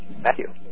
Matthew